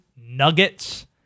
nuggets